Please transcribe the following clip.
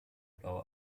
blaue